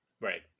Right